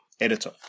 editor